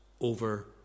over